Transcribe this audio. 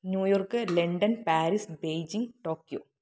New York London Paris Beijing Tokyo